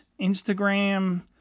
Instagram